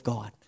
God